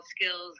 skills